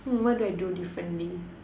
hmm what do I do differently